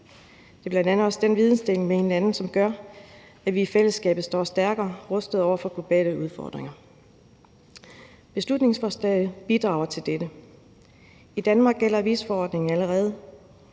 Det er bl.a. den vidensdeling, der gør, at vi i fællesskabet står stærkere rustet over for globale udfordringer. Beslutningsforslaget bidrager til dette. I Danmark gælder visumforordningen allerede.